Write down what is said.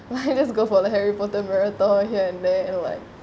why you just go for the harry potter marathon here and there and like